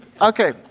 Okay